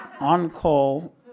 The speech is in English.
on-call